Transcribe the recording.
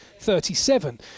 37